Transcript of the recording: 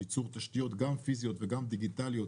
ייצור תשתיות גם פיזיות וגם דיגיטאליות